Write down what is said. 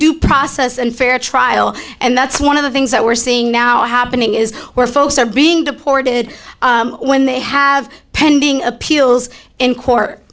due process and fair trial and that's one of the things that we're seeing now happening is where folks are being deported when they have pending appeals in court